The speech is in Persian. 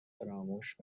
فراموش